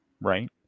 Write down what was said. Right